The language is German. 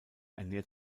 ernährt